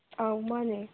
ꯑꯥꯎ ꯃꯥꯅꯦ